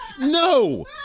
no